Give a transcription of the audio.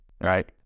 right